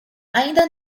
ainda